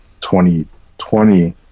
2020